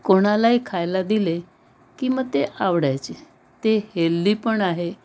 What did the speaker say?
कोणालाही खायला दिले की मग ते आवडायचे ते हेल्दी पण आहे